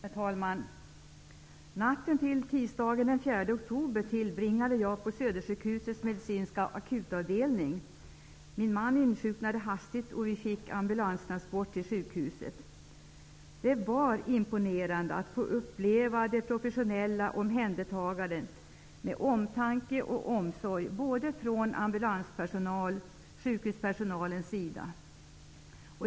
Herr talman! Natten till tisdagen den 4 oktober tillbringade jag på Södersjukhusets medicinska akutavdelning. Min man insjuknade hastigt, och vi fick ambulanstransport till sjukhuset. Det var imponerande att få uppleva det professionella omhändertagandet med omtanke och omsorg från både ambulanspersonalens och sjukhuspersonalens sida.